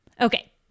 Okay